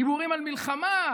דיבורים על מלחמה,